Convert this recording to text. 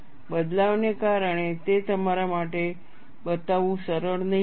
બદલાવ ને કારણે તે તમારા માટે બતાવવું સરળ નહીં હોય